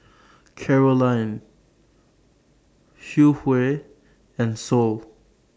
Caroline Hughey and Sol